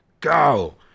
go